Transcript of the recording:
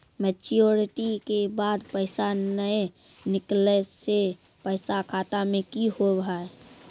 Maturity के बाद पैसा नए निकले से पैसा खाता मे की होव हाय?